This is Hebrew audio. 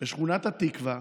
בשכונת התקווה